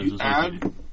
Add